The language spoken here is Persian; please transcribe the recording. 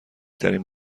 ترین